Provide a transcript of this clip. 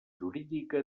jurídica